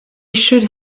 should